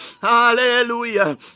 hallelujah